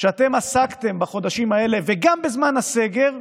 שאתם עסקתם בחודשים האלה, וגם בזמן הסגר,